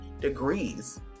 degrees